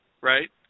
right